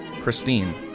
Christine